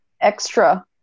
Extra